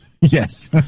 Yes